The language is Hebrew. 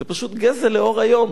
זה פשוט גזל לאור היום.